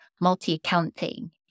multi-accounting